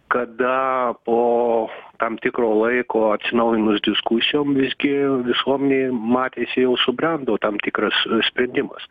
kada po tam tikro laiko atsinaujinus diskusijom visgi visuomenėj matėsi jau subrendo tam tikras sprendimas